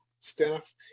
staff